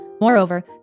Moreover